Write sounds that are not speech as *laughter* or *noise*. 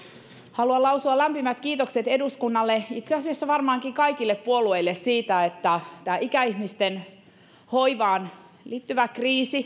haluan lausua lämpimät kiitokset eduskunnalle itse asiassa varmaankin kaikille puolueille siitä että tämän ikäihmisten hoivaan liittyvän kriisin *unintelligible*